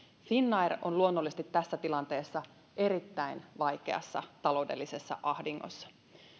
finnair on luonnollisesti tässä tilanteessa erittäin vaikeassa taloudellisessa ahdingossa